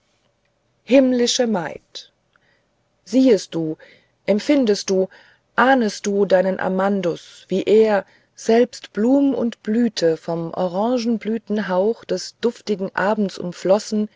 himmlische maid siehest du empfindest du ahnest du deinen amandus wie er selbst blum und blüte vom orangenblüthauch des duftigen abends umflossen